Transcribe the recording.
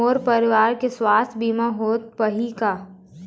मोर परवार के सुवास्थ बीमा होथे पाही का?